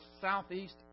Southeast